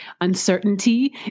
uncertainty